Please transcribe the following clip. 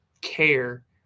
care